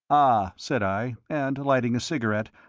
ah, said i, and lighting a cigarette,